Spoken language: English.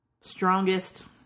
strongest